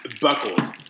Buckled